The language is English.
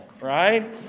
right